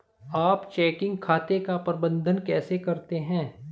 आप चेकिंग खाते का प्रबंधन कैसे करते हैं?